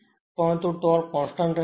પરંતુ torque constant રહે છે